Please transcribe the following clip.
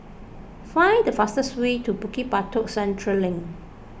find the fastest way to Bukit Batok Central Link